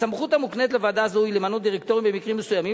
הסמכות המוקנית לוועדה זו היא למנות דירקטורים במקרים מסוימים,